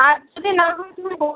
আর যদি না হয় তুমি বলো